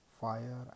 fire